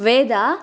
वेदा